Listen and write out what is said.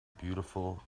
beautiful